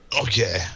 Okay